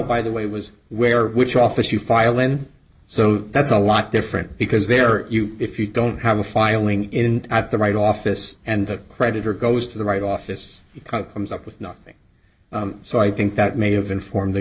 by the way was where which office you file in so that's a lot different because there are you if you don't have a filing in at the right office and the creditor goes to the right office comes up with nothing so i think that may have informed the